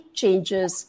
changes